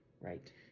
Right